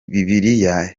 bibiliya